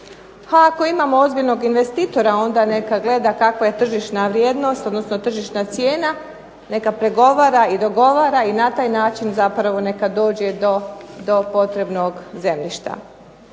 ako imamo ozbiljnog investitora onda neka gleda kakva je tržišna vrijednost, odnosno tržišna cijena neka pregovara i dogovara i na taj način zapravo neka dođe do potrebnog zemljišta.